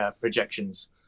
projections